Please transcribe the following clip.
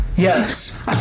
Yes